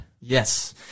Yes